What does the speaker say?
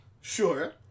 Sure